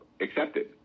accepted